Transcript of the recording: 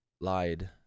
Lied